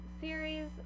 series